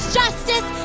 justice